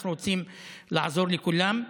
אנחנו רוצים לעזור לכולם.